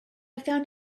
found